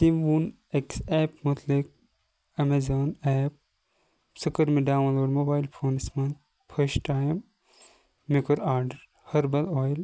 تٔمۍ ووٚن أکِس ایپ مُتلِق اَمیٚزان ایپ سۄ کٔر مےٚ ڈَوُنلوڈ مُبَیل فونَس مَنٛز فشٹ ٹایِم مےٚ کٔر آرڈَر ہیٚربَل اۄیٚل